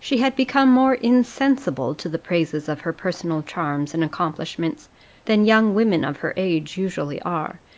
she had become more insensible to the praises of her personal charms and accomplishments than young women of her age usually are,